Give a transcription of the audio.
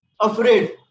afraid